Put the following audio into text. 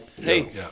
hey